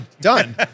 done